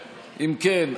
כן,